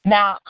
Now